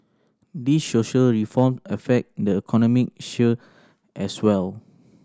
these social reform affect the economic as well